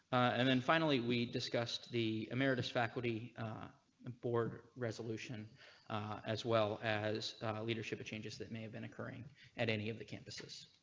and then finally we discussed the emeritus faculty board resolution as well as leadership changes that may have been occuring at any of the campuses.